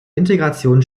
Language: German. integration